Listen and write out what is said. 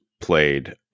played